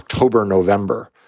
october, november.